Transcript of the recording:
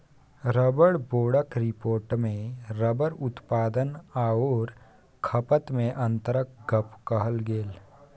rubber बोर्डक रिपोर्टमे rubber उत्पादन आओर खपतमे अन्तरक गप कहल गेल